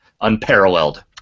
unparalleled